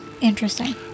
Interesting